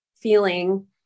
feeling